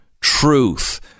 truth